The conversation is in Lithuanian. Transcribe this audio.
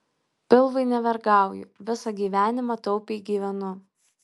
pilvui nevergauju visą gyvenimą taupiai gyvenu